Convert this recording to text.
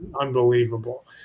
unbelievable